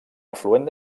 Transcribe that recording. afluent